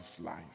life